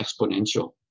exponential